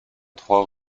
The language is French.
trois